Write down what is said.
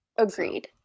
Agreed